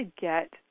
get